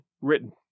written